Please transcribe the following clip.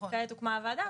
כעת הוקמה הוועדה.